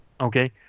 Okay